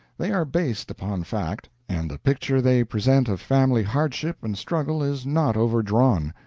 they are based upon fact, and the picture they present of family hardship and struggle is not overdrawn.